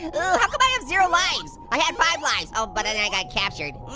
oh, how come i have zero lives? i had five lives. oh, but then i got captured.